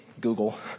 Google